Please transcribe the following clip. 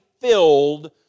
filled